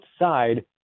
outside